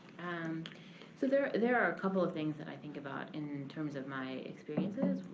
and so there there are a couple of things that i think about in terms of my experiences.